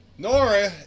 Nora